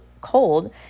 cold